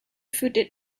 footed